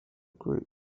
group